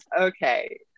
Okay